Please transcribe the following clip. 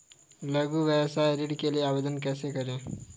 लघु व्यवसाय ऋण के लिए आवेदन कैसे करें?